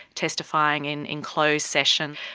testifying in in closed session,